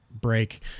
break